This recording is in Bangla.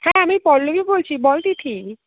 হ্যাঁ আমি পৌলমি বলছি বল তিথি